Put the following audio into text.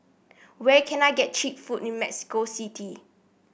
where can I get cheap food in Mexico City